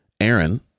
Aaron